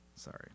Sorry